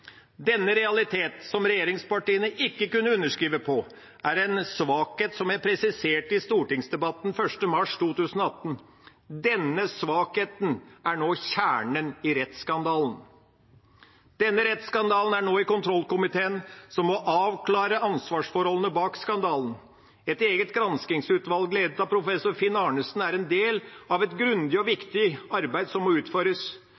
Denne realitet, som regjeringspartiene ikke kunne underskrive på, er en svakhet som jeg presiserte i stortingsdebatten 1. mars 2018. Denne svakheten er nå kjernen i rettsskandalen. Denne rettsskandalen er nå i kontrollkomiteen, som må avklare ansvarsforholdene bak skandalen. Et eget granskingsutvalg ledet av professor Finn Arnesen er en del av et grundig og viktig arbeid som må utføres.